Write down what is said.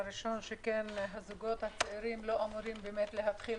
הזוגות הצעירים לא אמורים להיפגע.